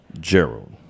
Gerald